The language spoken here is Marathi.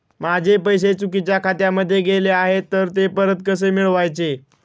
माझे पैसे चुकीच्या खात्यामध्ये गेले आहेत तर ते परत कसे मिळवायचे?